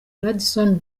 radisson